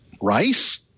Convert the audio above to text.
Rice